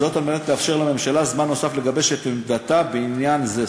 כדי לאפשר לממשלה זמן נוסף לגבש את עמדתה בעניין זה.